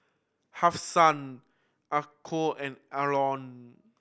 Hafsa Aqil and Aaron